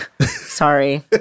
sorry